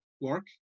work